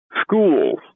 schools